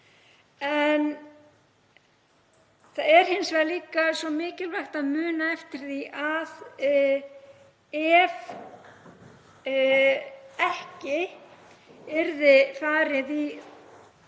En það er hins vegar líka svo mikilvægt að muna eftir því að ef ekki yrði farið í